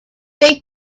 they